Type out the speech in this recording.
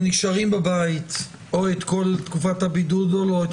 הם נשארים בבית את כל תקופת הבידוד או לא,